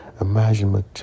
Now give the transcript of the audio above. Imagine